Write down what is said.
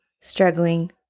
struggling